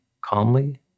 calmly